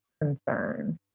concern